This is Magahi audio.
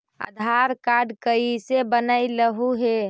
आधार कार्ड कईसे बनैलहु हे?